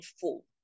full